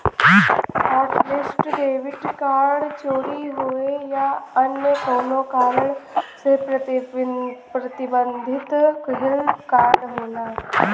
hotlist debit card चोरी होये या अन्य कउनो कारण से प्रतिबंधित किहल कार्ड होला